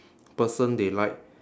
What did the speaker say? person they like